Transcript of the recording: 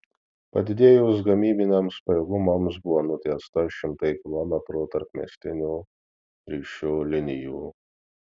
padidėjus gamybiniams pajėgumams buvo nutiesta šimtai kilometrų tarpmiestinių ryšių linijų